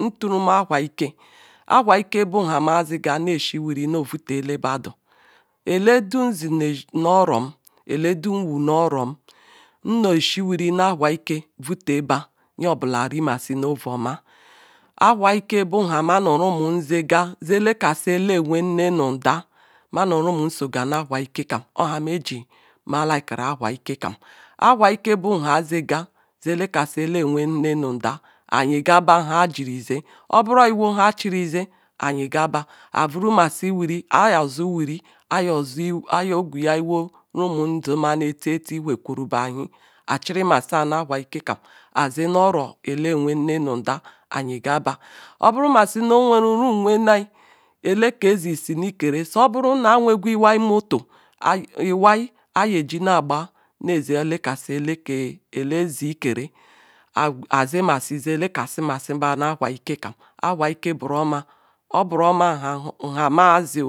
ntorum awheke bwha meshe wiri nza voite elebadu eledum zi nu orom eledum wu nu orom nhe she wiri nu awha ike voite bar nye obala rimasi no ovaorma awha ika ba ha ma nu rum zzja elekasie elewenm nu nda ma rumum soga nu awha ikikaim oha mz fii were owha ike awha buhazaga ze lekaisi elewzinne nu nda nyegaba nha jinze obala iwo nharjirzea oyiga ba ogburu masi wiri ayaozu wuri oyiokwuya iwo rumumu zima nu etieti whekunhaba achirimeka nu awha ke kem azi oro zhe we nne nu nda ayegaba oburu masi nu rumu wenar ele zicinuillozn zoburu awegu iweal motto ayeti na gba motto hekan zbki zkare azemasi zzlek ba nu awha ike kekam awha ike buro ma, oburoma nhamazi